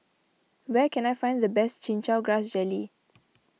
where can I find the best Chin Chow Grass Jelly